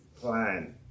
plan